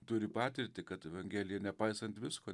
turi patirtį kad evangelija nepaisant visko